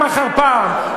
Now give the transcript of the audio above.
ואני אגיד את זה פעם אחר פעם,